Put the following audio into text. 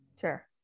Sure